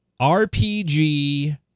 RPG